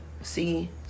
see